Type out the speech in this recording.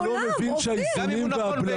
אתה לא מבין שהאיזונים והבלמים,